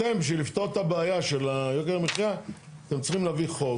אתם כדי לפתור את הבעיה של יוקר המחיה אתם צריכים להביא חוק